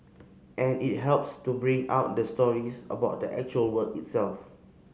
and it helps to bring out the stories about the actual work itself